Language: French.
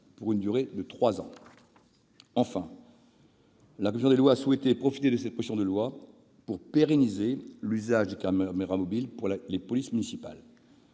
pour une durée de trois ans. De plus, la commission des lois a souhaité profiter de cette proposition de loi pour pérenniser l'usage des caméras mobiles par les polices municipales.